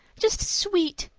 just sweet.